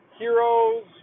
heroes